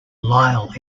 lyle